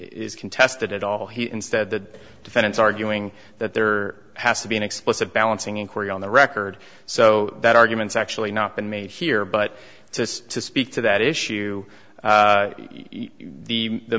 ntested at all he instead the defendant's arguing that there has to be an explicit balancing inquiry on the record so that arguments actually not been made here but just to speak to that issue the the